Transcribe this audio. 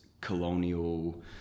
colonial